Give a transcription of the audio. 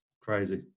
crazy